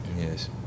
Yes